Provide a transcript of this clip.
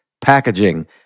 packaging